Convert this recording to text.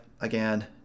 Again